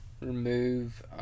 remove